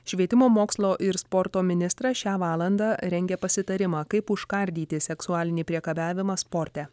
švietimo mokslo ir sporto ministrą šią valandą rengia pasitarimą kaip užkardyti seksualinį priekabiavimą sporte